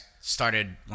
started